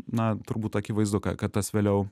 na turbūt akivaizdu kad tas vėliau